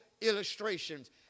illustrations